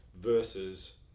Versus